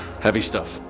heavy stuff.